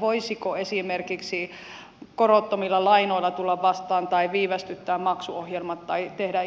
voisiko esimerkiksi korottomilla lainoilla tulla vastaan tai viivästyttää maksuohjelmat tai tehdä